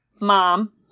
mom